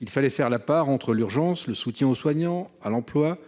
Il fallait faire la part entre l'urgence- le soutien aux soignants, à l'emploi